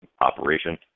operation